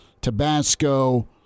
Tabasco